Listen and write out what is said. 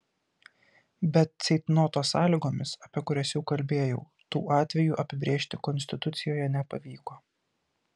bet ceitnoto sąlygomis apie kurias jau kalbėjau tų atvejų apibrėžti konstitucijoje nepavyko